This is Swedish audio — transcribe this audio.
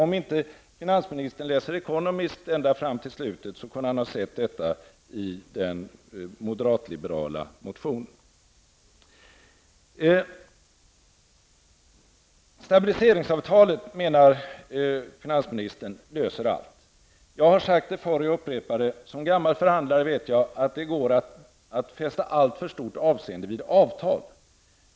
Om inte finansministern läser The Economist ända fram till slutet kunde han ha sett detta i den moderatliberala motionen. Finansministern menar att stabiliseringsavtalet löser allt. Jag har sagt det förr, och jag upprepar det: Som gammal förhandlare vet jag att det går att fästa alltför stort avseende vid avtal.